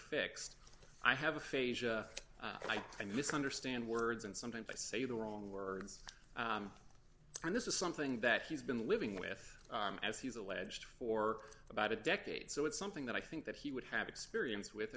fixed i have a face like i misunderstand words and sometimes i say the wrong words and this is something that he's been living with as he's alleged for about a decade so it's something that i think that he would have experience with